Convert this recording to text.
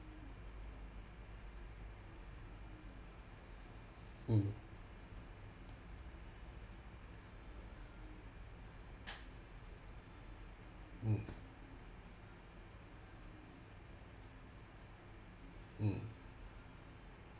mm mm mm